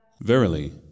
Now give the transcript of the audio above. Verily